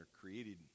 created